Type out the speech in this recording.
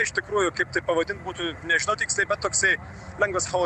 iš tikrųjų kaip tai pavadint būtų nežinau tikliai bet toksai lengvas